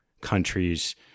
countries